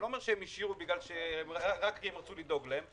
אני לא אומר שהם השאירו רק כי הם רצו לדאוג להם,